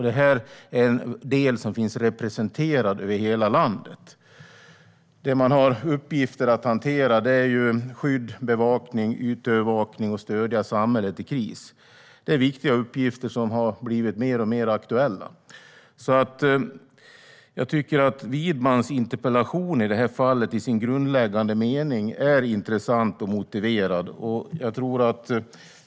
Det är en del som finns representerad över hela landet. Det man har till uppgift att hantera är skydd, bevakning, ytövervakning och att stödja samhället i kris. Det är viktiga uppgifter som har blivit alltmer aktuella. Jag tycker att Widmans interpellation i det här fallet i sin grundläggande mening är intressant och motiverad.